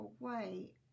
away